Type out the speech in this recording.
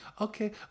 Okay